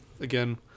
again